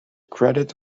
credit